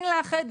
כן לאחד,